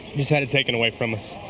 had it taken away from us.